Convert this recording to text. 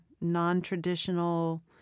non-traditional